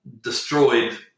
destroyed